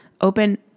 open